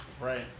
Right